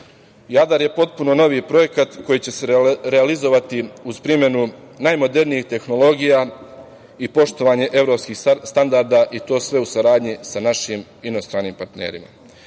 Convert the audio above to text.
Jadar je potpuno novi projekat koji će se realizovati uz primenu najmodernijih tehnologija i poštovanje evropskih standarda, i to sve u saradnji sa našim inostranim partnerima. Istakao